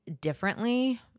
differently